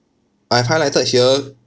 I've highlighted here